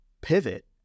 pivot